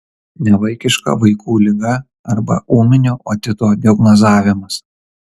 nevaikiška vaikų liga arba ūminio otito diagnozavimas